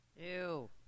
Ew